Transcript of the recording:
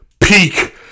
peak